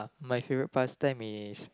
my favourite past time is